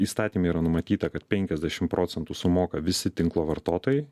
įstatyme yra numatyta kad penkiasdešimt procentų sumoka visi tinklo vartotojai